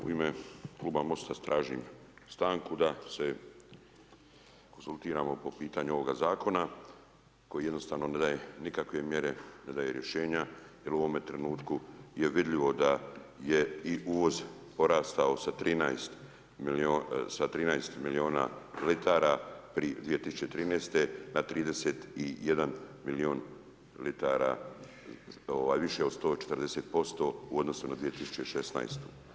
U ime kluba Mosta tražim stanku da se konzultiramo po pitanju ovoga zakona koji jednostavno ne daje nikakve mjere, ne daje rješenja jer u ovome trenutku je vidljivo da je i uvoz porastao sa 13 milijuna litara pri 2013. na 31 milijun litara više od 140% u odnosu na 2016.